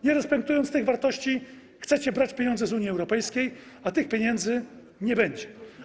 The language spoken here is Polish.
Nie respektując tych wartości, chcecie brać pieniądze z Unii Europejskiej, a tych pieniędzy nie będzie.